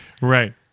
Right